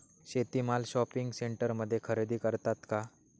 शेती माल शॉपिंग सेंटरमध्ये खरेदी करतात का?